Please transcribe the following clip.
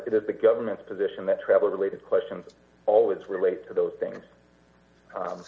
it is the government's position that travel related questions always relate to those things